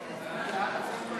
להעביר את הצעת חוק רשות